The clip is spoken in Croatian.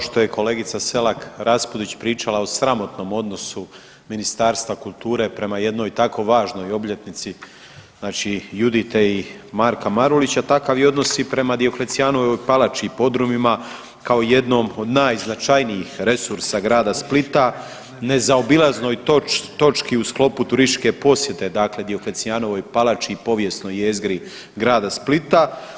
Evo kao što je kolegica Selak Raspudić pričala o sramotnom odnosu Ministarstva kulture prema jednoj tako važnoj obljetnici Judite i Marka Marulića takav je odnose i prema Dioklecijanovoj palači i podrumima kao jednom od najznačajnijih resursa grada Splita, nezaobilaznoj točki u sklopu turističke posjete Dioklecijanovoj palači i povijesnoj jezgri grada Splita.